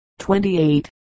28